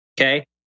Okay